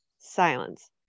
silence